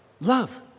Love